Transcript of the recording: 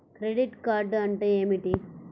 Credit card అంటే ఏమిటి?